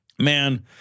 Man